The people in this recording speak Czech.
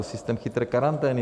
Systém chytré karantény.